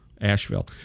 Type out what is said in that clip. Asheville